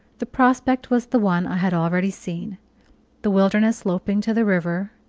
the prospect was the one i had already seen the wilderness sloping to the river,